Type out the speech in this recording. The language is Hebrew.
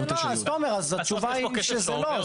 אז זה לא, אז תומר, התשובה היא שזה לא.